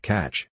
Catch